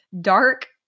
dark